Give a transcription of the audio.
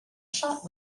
shot